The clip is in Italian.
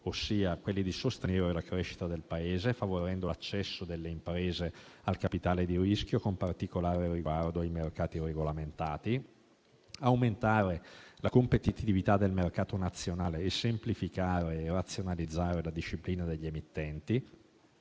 ben specifici: sostenere la crescita del Paese favorendo l'accesso delle imprese al capitale di rischio, con particolare riguardo ai mercati regolamentati; aumentare la competitività del mercato nazionale; semplificare e razionalizzare la disciplina degli emittenti;